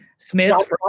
Smith